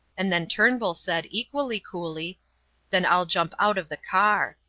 and then turnbull said equally coolly then i'll jump out of the car.